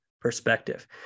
perspective